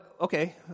Okay